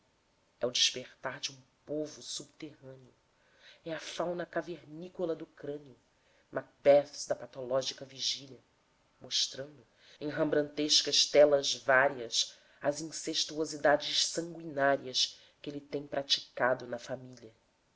é o despertar de um povo subterrâneo é a fauna cavernícola do crânio macbeths da patológica vigília mostrando em rembrandtescas telas várias as incestuosidades sangüinárias que ele tem praticado na família